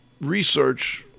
research